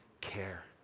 care